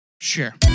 Sure